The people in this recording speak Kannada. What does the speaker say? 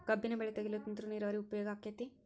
ಕಬ್ಬಿನ ಬೆಳೆ ತೆಗೆಯಲು ತುಂತುರು ನೇರಾವರಿ ಉಪಯೋಗ ಆಕ್ಕೆತ್ತಿ?